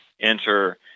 enter